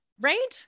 Right